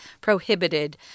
prohibited